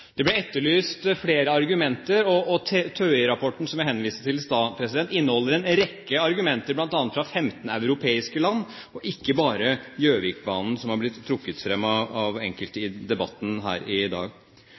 Det ble etterlyst flere argumenter. TØI-rapporten som jeg henviste til i stad, inneholder en rekke argumenter, bl.a. fra 15 europeiske land, ikke bare om Gjøvikbanen, som er blitt trukket fram av enkelte i debatten her i dag.